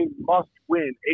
must-win